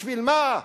בשביל מה?